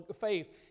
faith